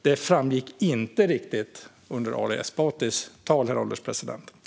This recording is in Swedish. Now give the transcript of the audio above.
Det framgick inte riktigt av Ali Esbatis tal, herr ålderspresident.